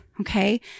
Okay